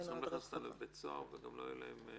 אז צריך להכניס אותם לבית סוהר וגם לא תהיה התיישנות,